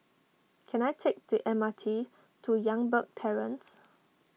can I take the M R T to Youngberg Terrace